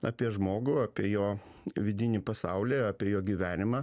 apie žmogų apie jo vidinį pasaulį apie jo gyvenimą